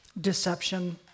deception